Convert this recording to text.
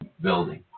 building